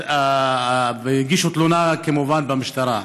והם הגישו תלונה במשטרה,